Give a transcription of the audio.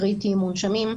קריטיים ומונשמים,